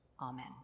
Amen